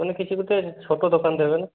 ମାନେ କିଛି ଗୋଟେ ଛୋଟ ଦୋକାନ ଦେବେନି